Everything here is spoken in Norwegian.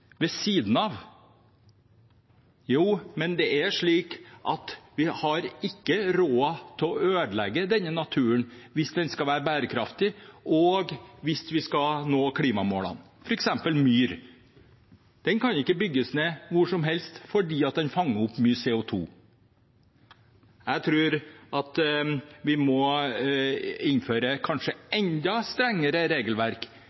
ved siden av. Jo, men det er slik at vi har ikke råd til å ødelegge denne naturen hvis den skal være bærekraftig, og hvis vi skal nå klimamålene. For eksempel myr: Den kan ikke bygges ned hvor som helst, fordi den fanger opp mye CO 2 . Jeg tror at vi må innføre kanskje enda strengere regelverk,